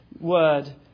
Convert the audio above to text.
word